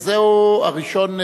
הראשון,